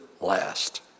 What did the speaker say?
last